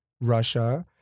russia